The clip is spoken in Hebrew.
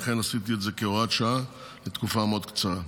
לכן עשיתי את זה כהוראת שעה לתקופה מאוד קצרה.